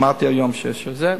שמעתי היום שיש את זה.